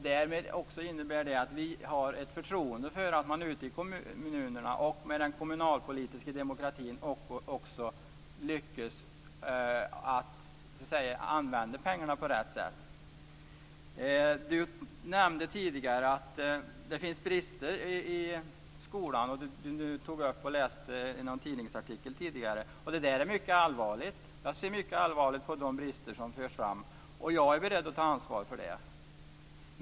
Det innebär också att vi har ett förtroende för att man ute i kommunerna och med den kommunalpolitiska demokratin också lyckas använda pengarna på rätt sätt. Tomas Högström nämnde tidigare att det finns brister i skolan, och han läste ur en tidningsartikel. Det är mycket allvarligt. Jag ser mycket allvarligt på de brister som förs fram. Jag är beredd att ta ansvar för det.